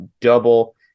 double